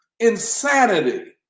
insanity